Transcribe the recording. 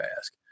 ask